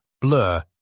blur